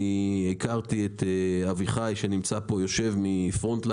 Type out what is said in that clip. אני הכרתי את אביחי שנמצא פה מפרונט-לייף,